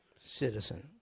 citizen